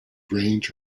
range